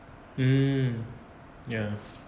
mm ya